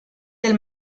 del